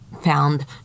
found